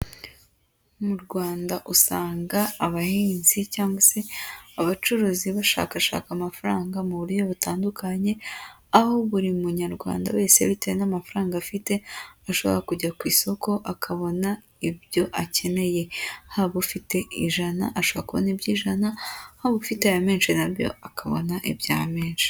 Mu Rwanda usanga abahinzi cyangwa se abacuruzi bashakashaka amafaranga mu buryo butandukanye, aho buri munyarwanda wese bitewe n'amafaranga afite ashobora kujya ku isoko akabona ibyo akeneye. Haba ufite ijana ashobora kubona iby'ijana, haba ufite ibya menshi na byo akabona ibya menshi.